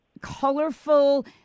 colorful